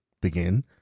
begin